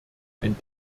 ein